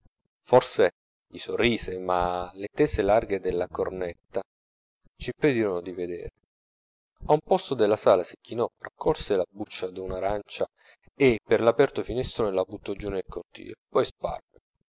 forse gli sorrise ma le tese larghe della cornetta c'impedirono di vedere a un posto della sala si chinò raccolse la buccia d'un'arancia e per l'aperto finestrone la buttò giù nel cortile poi sparve